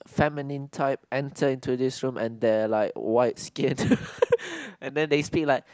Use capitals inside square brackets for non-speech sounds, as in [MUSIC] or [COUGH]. Feminine type enter into this room and they are like white skin [LAUGHS] and then they speak like